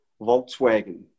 Volkswagen